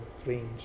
strange